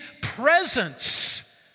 presence